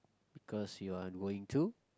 because you are going to